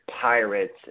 Pirates